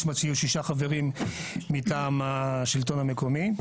זאת אומרת שיהיו שלושה חברים מטעם השלטון המקומי.